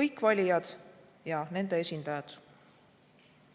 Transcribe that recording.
kõik valijad ja nende esindajad.